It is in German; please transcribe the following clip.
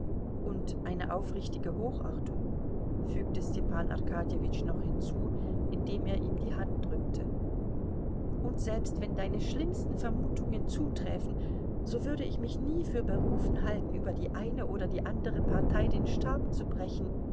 und eine aufrichtige hochachtung fügte stepan arkadjewitsch noch hinzu indem er ihm die hand drückte und selbst wenn deine schlimmsten vermutungen zuträfen so würde ich mich nie für berufen halten über die eine oder die andere partei den stab zu brechen